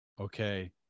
okay